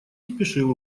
спешил